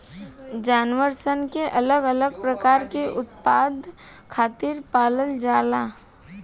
जानवर सन के अलग अलग प्रकार के उत्पाद खातिर पालल जाला